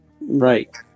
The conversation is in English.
Right